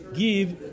give